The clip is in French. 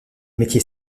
métiers